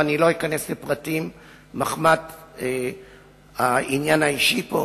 ולא אכנס לפרטים מחמת העניין האישי פה,